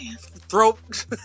throat